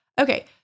Okay